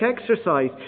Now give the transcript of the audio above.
exercise